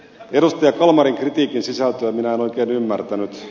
edustaja kalmarin kritiikin sisältöä minä en oikein ymmärtänyt